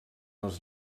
els